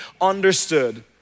understood